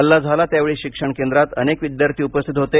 हल्ला झाला त्यावेळी शिक्षण केंद्रात अनेक विद्यार्थी उपस्थित होते